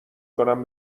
کنم